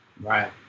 right